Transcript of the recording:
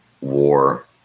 war